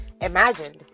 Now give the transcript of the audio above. imagined